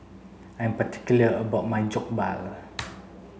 I'm particular about my Jokbal